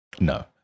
No